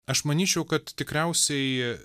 aš manyčiau kad tikriausiai